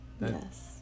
Yes